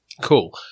Cool